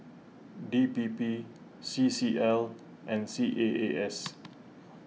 D P P C C L and C A A S